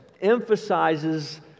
emphasizes